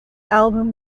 album